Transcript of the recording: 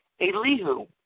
Elihu